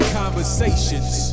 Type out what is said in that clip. conversations